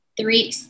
three